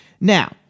Now